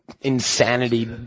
insanity